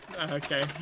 Okay